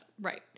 Right